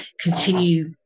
continue